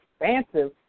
expansive